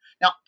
Now